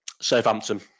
Southampton